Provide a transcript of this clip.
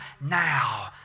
now